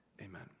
amen